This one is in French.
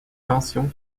tensions